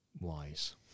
wise